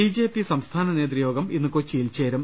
B J P സംസ്ഥാന നേതൃയോഗം ഇന്ന് കൊച്ചിയിൽ ചേരും